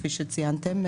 כפי שציינתם.